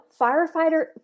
firefighter